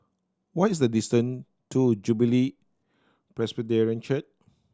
what is the distant to Jubilee Presbyterian Church